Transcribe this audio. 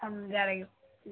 ꯊꯝꯖꯔꯒꯦ